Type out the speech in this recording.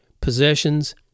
possessions